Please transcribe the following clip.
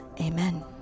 Amen